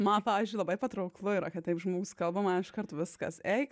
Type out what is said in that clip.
man pavyzdžiui labai patrauklu yra kad taip žmogus kalba man iškart viskas eik